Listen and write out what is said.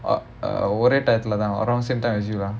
or uh ஒரே:orae time leh தான் வரும்:thaan varum around same time as you lah